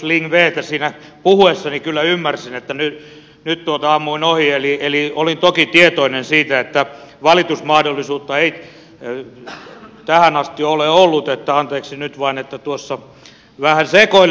siinä puhuessani kyllä ymmärsin että nyt ammuin ohi eli olin toki tietoinen siitä että valitusmahdollisuutta ei tähän asti ole ollut niin että anteeksi nyt vain että tuossa vähän sekoilin